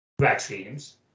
vaccines